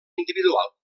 individual